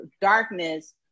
darkness